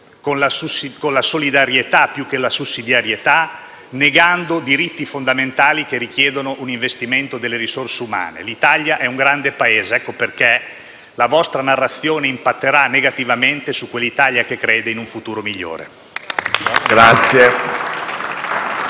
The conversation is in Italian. con la solidarietà più che con la sussidiarietà, negando diritti fondamentali che richiedono un investimento delle risorse umane. L'Italia è un grande Paese, ecco perché la vostra narrazione impatterà negativamente sull'Italia che crede in un futuro migliore.